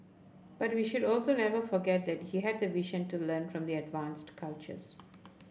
but we should also never forget that he had the vision to learn from their advanced cultures